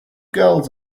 girls